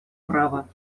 право